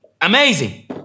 amazing